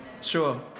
Sure